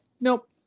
nope